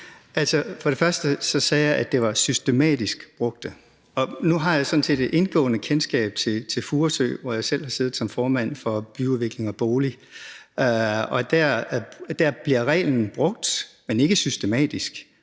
sagde, at det alene var systematisk brugt i København . Nu har jeg sådan set et indgående kendskab til Furesø, hvor jeg selv har siddet som formand for byudvikling og bolig, og der bliver reglen brugt, men ikke systematisk,